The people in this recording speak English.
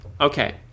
okay